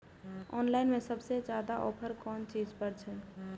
Online में सबसे ज्यादा ऑफर कोन चीज पर छे?